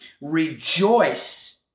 rejoice